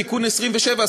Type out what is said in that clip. תיקון 27,